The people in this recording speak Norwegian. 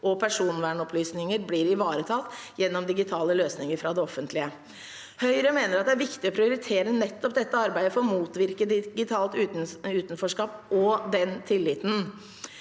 og personopplysninger blir ivaretatt gjennom digitale løsninger fra det offentlige. Høyre mener at det er viktig å prioritere nettopp dette arbeidet, og den tilliten, for å motvirke digitalt utenforskap. Arbeidet